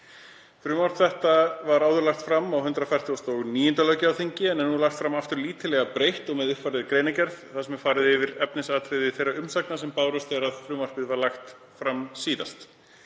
Frumvarp þetta var áður lagt fram á 149. löggjafarþingi og er nú lagt fram aftur lítillega breytt og með uppfærðri greinargerð þar sem farið er yfir efnisatriða þeirra umsagna sem bárust þegar frumvarpið var lagt fram síðast.